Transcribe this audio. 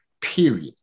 period